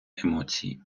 емоції